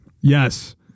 Yes